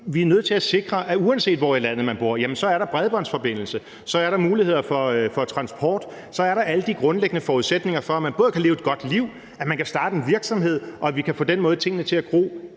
vi er nødt til at sikre, at uanset hvor i landet man bor, er der bredbåndsforbindelse, er der muligheder for transport, og er der alle de grundlæggende forudsætninger for, at man både kan leve et godt liv og starte en virksomhed, og at vi på den måde kan få tingene til at gro